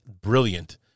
brilliant